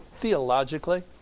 theologically